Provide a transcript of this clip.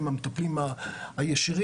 הם המטפלים הישירים.